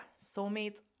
soulmates